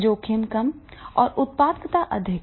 जोखिम कम और उत्पादकता अधिक